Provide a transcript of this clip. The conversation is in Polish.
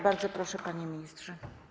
Bardzo proszę, panie ministrze.